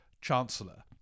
chancellor